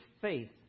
faith